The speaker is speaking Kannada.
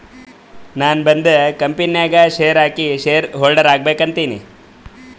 ನಾನು ಒಂದ್ ಕಂಪನಿ ನಾಗ್ ಶೇರ್ ಹಾಕಿ ಶೇರ್ ಹೋಲ್ಡರ್ ಆಗ್ಬೇಕ ಅಂತೀನಿ